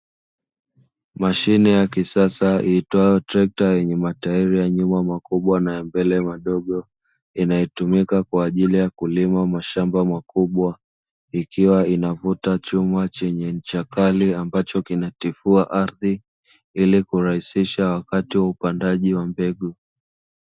Mashine ya kisasa iitwayo trekta yenye matairi ya nyuma makubwa na ya mbele madogo, inayotumika kwa ajili ya kulima mashamba makubwa ikiwa inavuta chuma chenye ncha kali ambacho kinatifua ardhi, ili kurahisisha wakati wa upandaji wa mbegu.